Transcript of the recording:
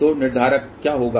तो निर्धारक क्या होगा